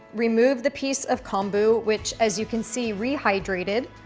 remove the piece of kombu, which as you can see, rehydrated.